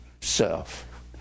self